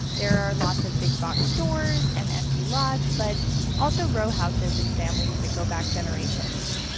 there are lots of big-box stores and empty lots, but also row houses and families that go back generations.